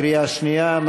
בקריאה שנייה.